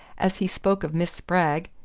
as he spoke of miss spragg,